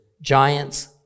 giants